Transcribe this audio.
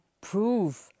prove